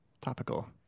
topical